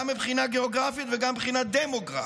גם מבחינה גיאוגרפית וגם מבחינה דמוגרפית: